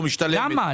לא משתלמת.